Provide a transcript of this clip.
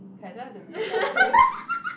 okay i don't have the really nice face